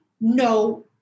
no